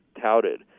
touted